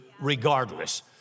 regardless